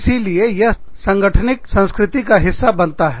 इसीलिए यह सांगठनिक संस्कृति का हिस्सा बनाता है